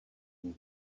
vous